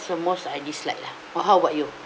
the most I dislike lah uh how about you